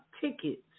tickets